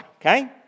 okay